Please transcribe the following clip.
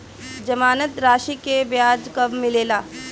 जमानद राशी के ब्याज कब मिले ला?